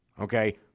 Okay